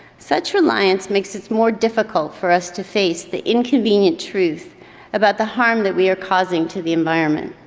such reliance makes it more difficult for us to face the inconvenient truth about the harm that we are causing to the environment.